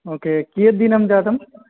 okay कियद्दिनं जातं